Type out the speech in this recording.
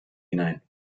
hinein